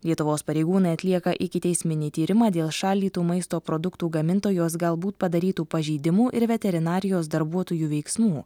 lietuvos pareigūnai atlieka ikiteisminį tyrimą dėl šaldytų maisto produktų gamintojos galbūt padarytų pažeidimų ir veterinarijos darbuotojų veiksmų